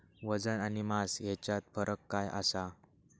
वजन आणि मास हेच्यात फरक काय आसा?